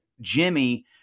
Jimmy